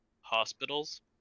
hospitals